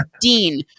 Dean